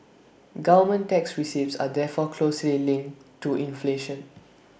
government tax receipts are therefore closely linked to inflation